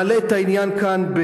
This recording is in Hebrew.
שמעלה את העניין כאן,